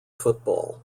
football